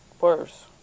worse